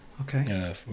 Okay